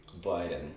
Biden